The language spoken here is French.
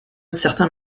certains